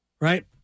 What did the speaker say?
right